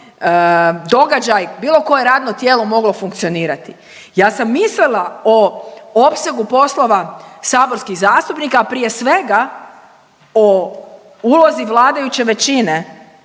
događaj, bilo koje radno tijelo moglo funkcionirati. Ja sam mislila o opsegu poslova saborskih zastupnika, a prije svega o ulozi vladajuće većine